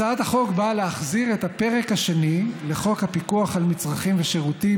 הצעת החוק באה להחזיר את הפרק השני לחוק הפיקוח על מצרכים ושירותים,